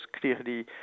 clearly